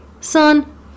son